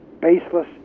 baseless